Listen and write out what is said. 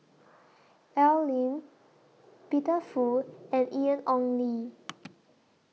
Al Lim Peter Fu and Ian Ong Li